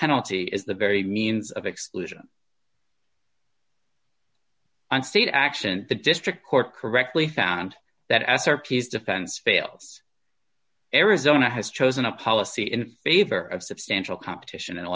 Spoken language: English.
penalty is the very means of exclusion and state action the district court correctly found that s r p is defense fails arizona has chosen a policy in favor of substantial competition and